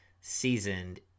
seasoned